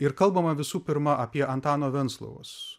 ir kalbama visų pirma apie antano venclovos